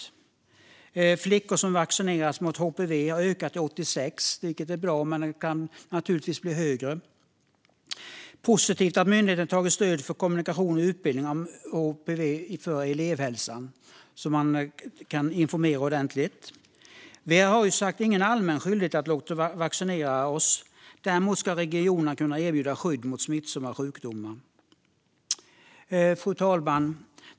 Andelen flickor som vaccineras mot HPV har ökat till 86 procent, vilket är bra, men siffran kan naturligtvis bli högre. Positivt är att myndigheten tagit fram stöd för kommunikation och utbildning om HPV för elevhälsan så att man kan informera ordentligt. Vi har ingen allmän skyldighet att låta vaccinera oss. Regionerna ska dock kunna erbjuda skydd mot smittsamma sjukdomar. Fru talman!